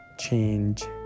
change